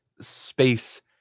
space